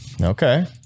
Okay